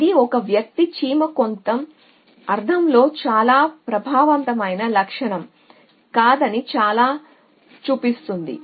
ఇది ఒక చీమ కొంత అర్థంలో చాలా ప్రభావవంతమైన లక్షణం కాదని చాలా చూపిస్తుంది